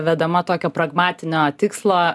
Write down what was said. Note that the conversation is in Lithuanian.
vedama tokio pragmatinio tikslo